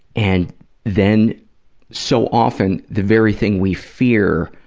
and then so often the very thing we fear